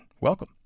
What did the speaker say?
welcome